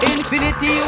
Infinity